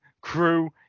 crew